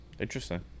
Interesting